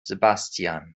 sebastian